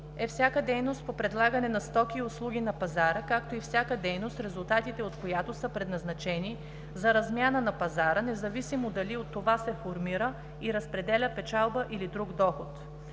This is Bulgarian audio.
е всяка дейност по предлагане на стоки и услуги на пазара, както и всяка дейност, резултатите от която са предназначени за размяна на пазара, независимо дали от това се формира и разпределя печалба или друг доход.